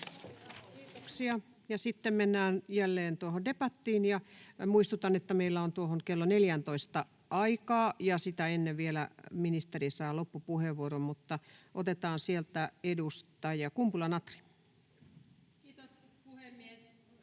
Kiitoksia. — Sitten mennään jälleen debattiin. Muistutan, että meillä on tuohon kello 14:ään aikaa, ja sitä ennen vielä ministeri saa loppupuheenvuoron. — Otetaan sieltä edustaja Kumpula-Natri. Kiitos, puhemies!